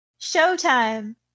Showtime